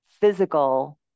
physical